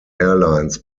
airlines